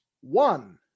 one